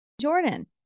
Jordan